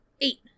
eight